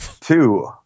Two